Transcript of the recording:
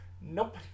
Nope